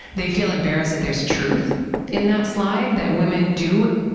they feel embarrassed that there's truth in that slide, that women do,